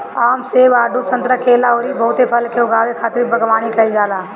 आम, सेब, आडू, संतरा, केला अउरी बहुते फल के उगावे खातिर बगवानी कईल जाला